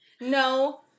No